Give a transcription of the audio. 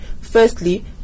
firstly